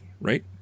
right